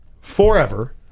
forever